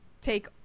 take